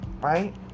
right